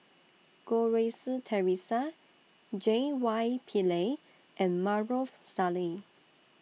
Goh Rui Si Theresa J Y Pillay and Maarof Salleh